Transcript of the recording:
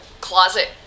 closet